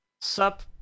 Sup